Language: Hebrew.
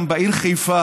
גם בעיר חיפה,